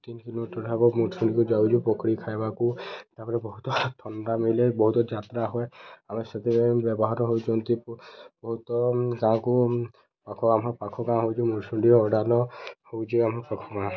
ତିନ୍ କିଲୋମିଟର୍ ହେବ ମରୁଶୁଡିକୁ ଯାଉଚୁ ପକୁଡ଼ି ଖାଇବାକୁ ତା'ପରେ ବହୁତ ଥଣ୍ଡା ମିଳେ ବହୁତ ଯାତ୍ରା ହୁଏ ଆମେ ସେଥିପାଇଁ ବ୍ୟବହାର ହଉଚନ୍ତି ବହୁତ ଗାଁକୁ ପାଖ ଆମ ପାଖ ଗାଁ ହଉଚି ମରୁଶୁଣ୍ ଅଡାଲ ହଉଚି ଆମ ପାଖ ଗାଁ